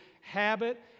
habit